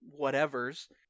whatevers